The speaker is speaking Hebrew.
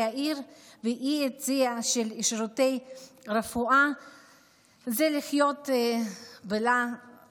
העיר ואי-היצע של שירותי רפואה זה לחיות בלה-לה